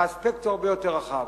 והאספקט הוא הרבה יותר רחב.